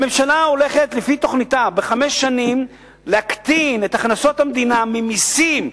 הממשלה הולכת לפי תוכניתה בחמש שנים להקטין את הכנסות המדינה ממסים,